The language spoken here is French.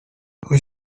rue